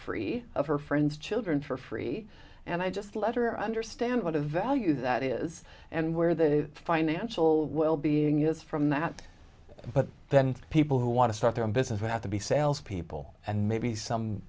free of her friends children for free and i just let her understand what a value that is and where the financial well being is from that but then people who want to start their own business have to be sales people and maybe some